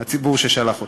הציבור ששלח אותם.